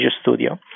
Studio